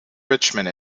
richmond